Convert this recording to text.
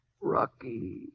Rocky